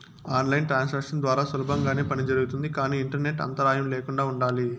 on line transactions ద్వారా సులభంగానే పని జరుగుతుంది కానీ ఇంటర్నెట్ అంతరాయం ల్యాకుండా ఉండాలి